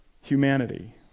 humanity